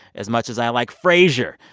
as much as i like frasier,